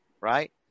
Right